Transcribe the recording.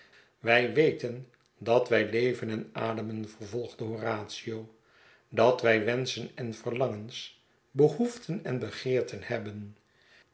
wij weten dat wij leven en ademen vervolgde horatio dat wij wenschen en verlangens behoeften en begeerten hebben